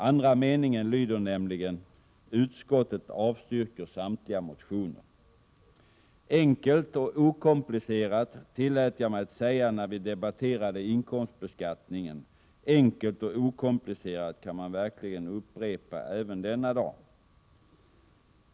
Andra meningen lyder nämligen: ”Utskottet avstyrker samtliga motioner.” Enkelt och okomplicerat, tillät jag mig att säga när vi debatterade inkomstbeskattningen. Enkelt och okomplicerat kan man verkligen upprepa även denna dag.